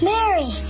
Mary